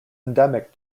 endemic